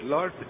Lord